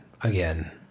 again